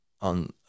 on